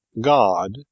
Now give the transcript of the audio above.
God